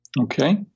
Okay